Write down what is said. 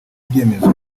ibyemezo